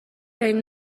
این